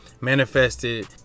manifested